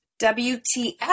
WTF